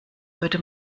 würde